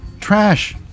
Trash